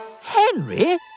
Henry